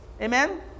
Amen